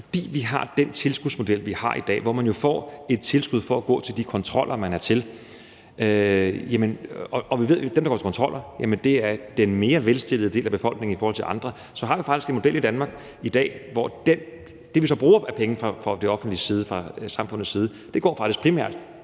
fordi vi har den tilskudsmodel, vi har, så får man et tilskud til at gå til de kontroller, man er tilsagt. Vi ved jo, at dem, der går til kontroller, er fra den mere velstillede del af befolkningen. Og så har vi faktisk en model i Danmark i dag, hvor det, vi så bruger af penge fra det offentliges side, fra samfundets side, faktisk primært